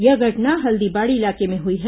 यह घटना हल्दीबाड़ी इलाके में हई है